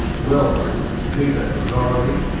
well peter gligorovic,